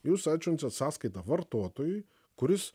jūs atsiunčiat sąskaitą vartotojui kuris